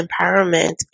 empowerment